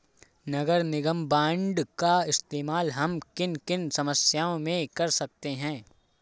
नगर निगम बॉन्ड का इस्तेमाल हम किन किन समस्याओं में कर सकते हैं?